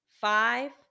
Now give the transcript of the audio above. Five